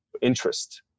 interest